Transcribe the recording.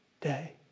day